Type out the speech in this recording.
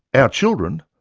our children,